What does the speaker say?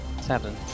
Seven